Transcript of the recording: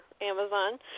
Amazon